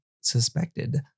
suspected